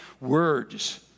words